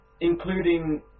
including